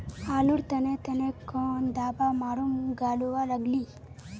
आलूर तने तने कौन दावा मारूम गालुवा लगली?